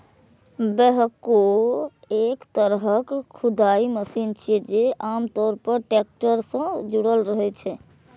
backhoe एक तरहक खुदाइ मशीन छियै, जे आम तौर पर टैक्टर सं जुड़ल रहै छै